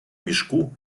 мішку